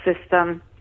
system